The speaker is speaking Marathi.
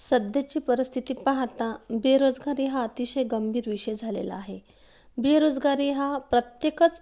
सध्याची परिस्थिती पाहता बेरोजगारी हा अतिशय गंभीर विषय झालेला आहे बेरोजगारी हा प्रत्येकच